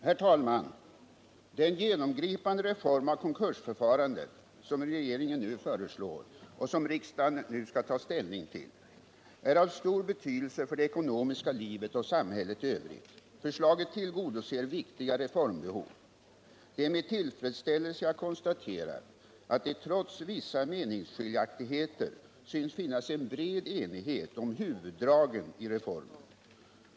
Herr talman! Den genomgripande reform av konkursförfarandet som regeringen nu föreslår och som riksdagen i dag skall ta ställning till är av stor betydelse för det ekonomiska livet och samhället i övrigt. Förslaget tillgodoser viktiga reformbehov. Det är med tillfredsställelse jag konstaterar att det trots vissa meningsskiljaktigheter synes finnas en bred enighet om huvuddragen i reformen.